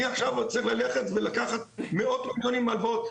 אני עכשיו עוד צריך ללכת ולקחת מאות מיליונים הלוואות.